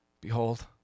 behold